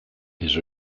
his